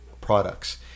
products